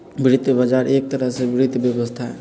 वित्त बजार एक तरह से वित्तीय व्यवस्था हई